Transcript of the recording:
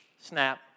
snap